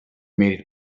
made